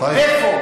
איפה?